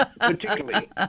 particularly